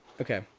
okay